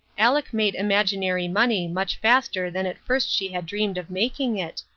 aleck made imaginary money much faster than at first she had dreamed of making it,